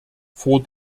vor